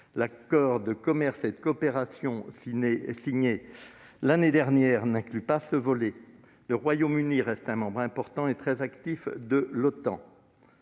l'accord de commerce et de coopération, signé l'année dernière, ne mentionne pas ce volet. Or le Royaume-Uni reste un membre important et actif de l'OTAN.